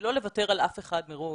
ולא לוותר על אף אחד מראש,